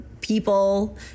people